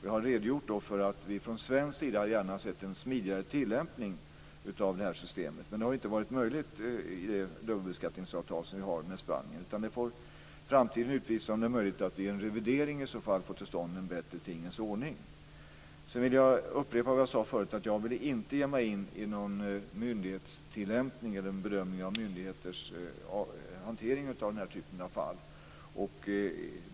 Jag har redogjort för att vi från svensk sida gärna hade sett en smidigare tilllämpning av det här systemet, men det har inte varit möjligt genom det dubbelbeskattningsavtal som vi har med Spanien. Framtiden får utvisa om det vid en revidering kan bli möjligt att få till stånd en bättre tingens ordning. Jag vill upprepa det som jag sade tidigare, att jag inte vill ge mig in i någon bedömning av myndigheters hantering av den här typen av fall.